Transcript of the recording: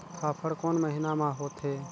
फाफण कोन महीना म होथे?